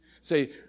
Say